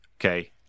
okay